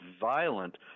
violent